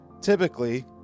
Typically